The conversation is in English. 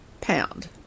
pound